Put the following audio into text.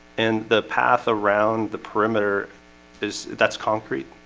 and the path around the perimeter is that's concrete